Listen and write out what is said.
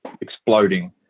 exploding